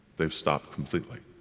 they've stopped completely.